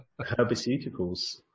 herbaceuticals